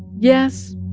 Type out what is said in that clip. yes,